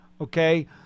okay